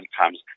comes